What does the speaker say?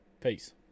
Peace